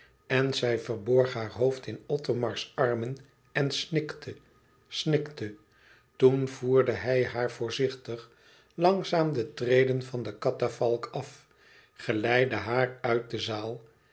en zij verborg haar hoofd in othomars armen en snikte snikte toen voerde hij haar voorzichtig langzaam de treden van de katafalk af geleidde haar uit de zaal